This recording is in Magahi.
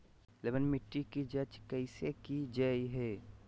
लवन मिट्टी की जच कैसे की जय है?